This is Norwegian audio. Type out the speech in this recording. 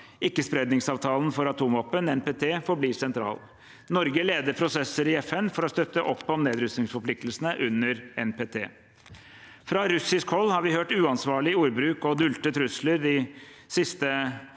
Ikkespredningsavtalen for atomvåpen, NPT, forblir sentral. Norge leder prosesser i FN for å støtte opp om nedrustningsforpliktelsene under NPT. Fra russisk hold har vi hørt uansvarlig ordbruk og dulgte trusler de siste månedene